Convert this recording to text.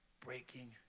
breaking